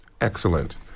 excellent